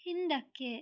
ಹಿಂದಕ್ಕೆ